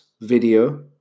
video